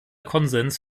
konsens